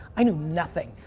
i knew nothing.